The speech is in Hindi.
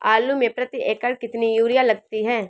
आलू में प्रति एकण कितनी यूरिया लगती है?